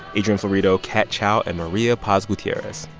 adrian florido, kat chow and maria paz gutierrez.